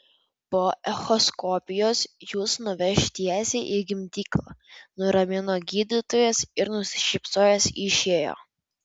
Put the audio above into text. po echoskopijos jus nuveš tiesiai į gimdyklą nuramino gydytojas ir nusišypsojęs išėjo